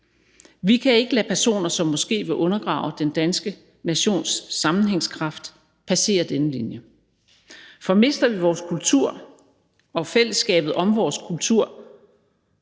Vi kan ikke lade personer, som måske vil undergrave den danske nations sammenhængskraft, passere denne linje. For mister vi vores kultur og fællesskabet om vores kultur